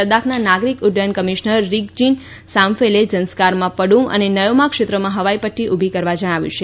લદાખના નાગરિક ઉડ્ડયન કમિશનર રીગઝીન સાંફેલે ઝંસ્કારમાં પડુમ અને નયોમા ક્ષેત્રમાં હવાઇપટ્ટી ઉભી કરવા જણાવ્યું છે